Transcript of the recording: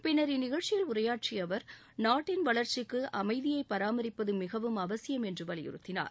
பின்ளா் இந்நிகழ்ச்சியில் உரையாற்றிய அவா் நாட்டின் வளா்ச்சிக்கு அமைதியை பராமரிப்பது மிகவும் அவசியம் என்று வலியுறுத்தினார்